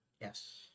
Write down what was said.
Yes